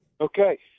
Okay